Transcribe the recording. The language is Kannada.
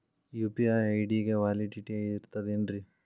ಯು.ಪಿ.ಐ ಐ.ಡಿ ಗೆ ವ್ಯಾಲಿಡಿಟಿ ಇರತದ ಏನ್ರಿ?